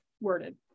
worded